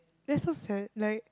that's so sad like